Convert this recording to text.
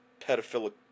pedophilic